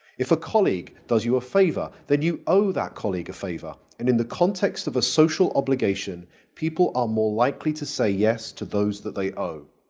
if a colleague does you a favor then you owe that colleague a favor. and in the context of a social obligation people are more likely to say yes to those that they owe.